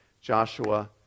Joshua